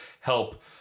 help